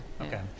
Okay